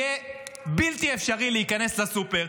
יהיה בלתי אפשרי להיכנס לסופר,